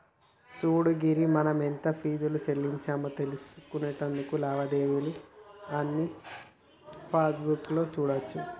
సూడు గిరి మనం ఎంత ఫీజు సెల్లించామో తెలుసుకొనుటకు లావాదేవీలు అన్నీ పాస్బుక్ లో సూడోచ్చు